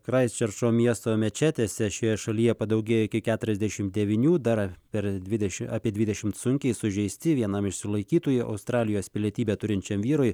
kraisčerčo miesto mečetėse šioje šalyje padaugėjo iki keturiasdešim devynių dar per dvidešim apie dvidešim sunkiai sužeisti vienam iš sulaikytųjų australijos pilietybę turinčiam vyrui